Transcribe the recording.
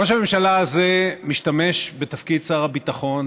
ראש הממשלה הזה משתמש בתפקיד שר הביטחון